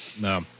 No